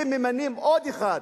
אם ממנים עוד אחד,